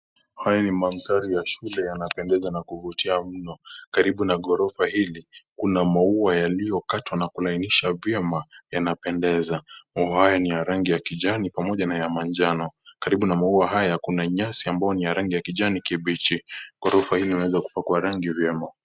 Haya ni mandhari ya shule yanapendeza na kuvutia mno. Karibu na ghorofa hili, kuna maua yaliyokatwa na kulainishwa vyema, yanapendeza. Maua haya ni ya rangi ya kijani pamoja na ya manjano. Karibu na maua haya, kuna nyasi ambayo ni ya rangi ya kijani kibichi. Ghorofa hili umeweza kupakwa rangi vyema.